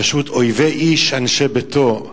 פשוט "אויבי איש אנשי ביתו".